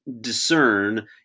discern